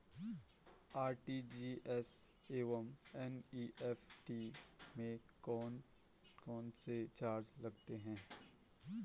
RTGS एवं NEFT में कौन कौनसे चार्ज लगते हैं?